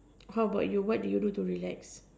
how about you what do you do to relax